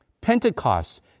Pentecost